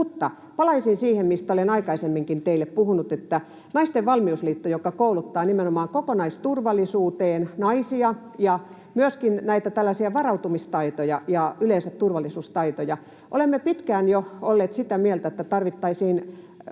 palaisin siihen, mistä olen aikaisemminkin teille puhunut, Naisten Valmiusliittoon, joka kouluttaa nimenomaan kokonaisturvallisuuteen naisia, ja myöskin varautumistaitoja ja yleensä turvallisuustaitoja. Olemme jo pitkään olleet sitä mieltä, että tarvittaisiin